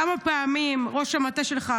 כמה פעמים ראש המטה שלך,